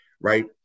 right